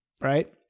right